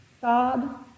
God